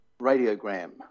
radiogram